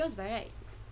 because by right